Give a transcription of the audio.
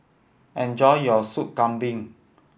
enjoy your Sop Kambing